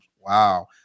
Wow